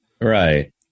Right